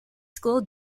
school